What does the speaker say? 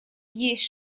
есть